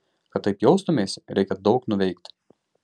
kad taip jaustumeisi reikia daug nuveikti